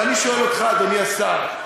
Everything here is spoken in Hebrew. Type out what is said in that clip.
אבל אני שואל אותך, אדוני השר,